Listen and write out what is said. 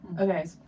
Okay